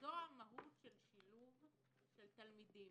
זה המהות של שילוב תלמידים.